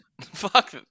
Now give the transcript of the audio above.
Fuck